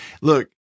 look